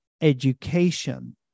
education